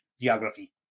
geography